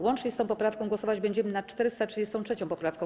Łącznie z tą poprawką głosować będziemy nad 433. poprawką.